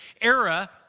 era